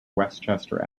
westchester